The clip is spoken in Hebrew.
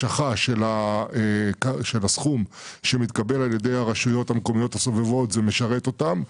אני חושב שברגע שיש הקשחה של הסכום זה משרת אותן.